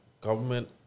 government